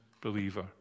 believer